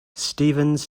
stevens